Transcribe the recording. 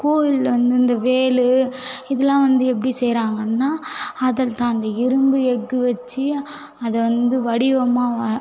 கோவில்ல வந்து இந்த வேல் இதெலாம் வந்து எப்படி செய்கிறாங்கன்னா அதில் தான் அந்த இரும்பு எஃகு வச்சு அதை வந்து வடிவமாக